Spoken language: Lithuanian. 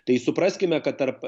tai supraskime kad tarp